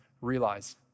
realize